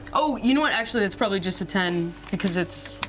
oh, you know what, actually that's probably just a ten, because it's,